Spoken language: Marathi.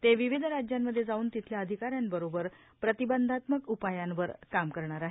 ते विविध राज्यांमध्ये जाऊन तिथल्या अधिकाऱ्यांबरोबर प्रतिबंधात्मक उपायांवर काम करणार आहेत